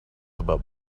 about